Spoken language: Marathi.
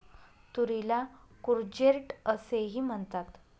तुरीला कूर्जेट असेही म्हणतात